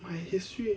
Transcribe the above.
my history